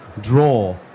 draw